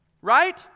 Right